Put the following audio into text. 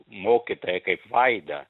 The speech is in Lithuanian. mokytoja kaip vaida